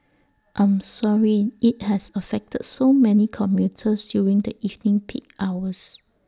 I'm sorry IT has affected so many commuters during the evening peak hours